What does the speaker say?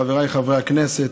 חבריי חברי הכנסת,